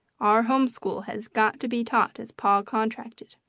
our home school has got to be taught as pa contracted,